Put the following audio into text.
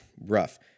rough